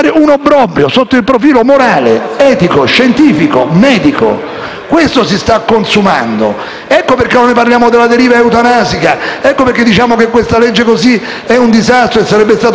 questo che si sta consumando. Ecco perché noi parliamo della deriva eutanasica, ecco perché diciamo che la legge fatta così è un disastro e sarebbe stato meglio affidarsi all'alleanza terapeutica tra famiglia medico e malato.